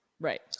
Right